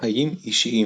חיים אישיים